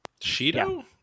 Shido